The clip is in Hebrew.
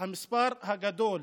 המספר הגדול